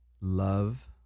love